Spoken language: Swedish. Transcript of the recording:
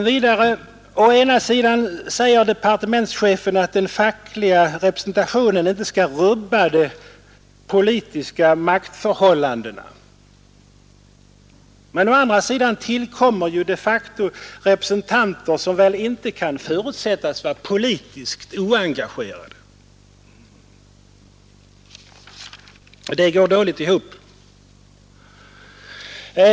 Vidare säger å ena sidan departementschefen att den fackliga representationen inte skall rubba de politiska maktförhållandena. Men å andra sidan tillkommer ju de facto representanter som väl inte kan förutsättas vara politiskt oengagerade. Det går dåligt ihop.